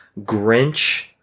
Grinch